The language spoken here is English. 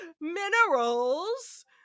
minerals